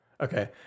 Okay